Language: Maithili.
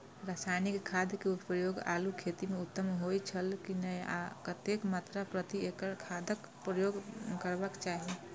रासायनिक खाद के प्रयोग आलू खेती में उत्तम होय छल की नेय आ कतेक मात्रा प्रति एकड़ खादक उपयोग करबाक चाहि?